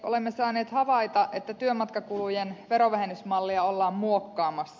olemme saaneet havaita että työmatkakulujen verovähennysmallia ollaan muokkaamassa